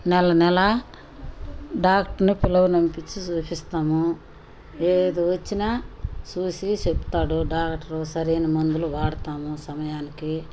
నెల నెల డాక్ట్ర్ని పిలవనంపించి చూపిస్తాము ఏది వచ్చినా చూసి చెప్తాడు డాక్టరు సరైన మందులు వాడతాము సమయానికి